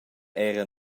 era